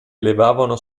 elevavano